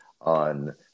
on